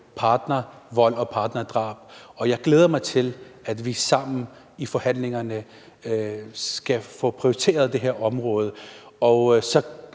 partnervold og partnerdrab. Og jeg glæder mig til, at vi sammen i forhandlingerne skal få prioriteret det her område.